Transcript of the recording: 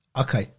Okay